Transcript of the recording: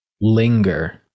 linger